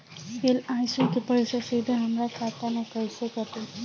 LIC के पईसा सीधे हमरा खाता से कइसे कटी?